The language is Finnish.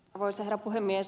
arvoisa herra puhemies